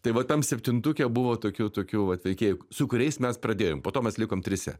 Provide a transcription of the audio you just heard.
tai va tam septintuke buvo tokių tokių vat veikėjų su kuriais mes pradėjom po to mes likom trise